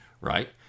right